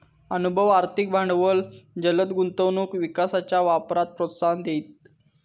अनुभव, आर्थिक भांडवल जलद गुंतवणूक विकासाच्या वापराक प्रोत्साहन देईत